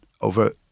over